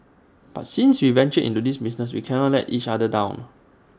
but since we ventured into this business we cannot let each other down